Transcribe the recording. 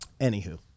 Anywho